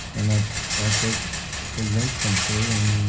and then that big big winch come through and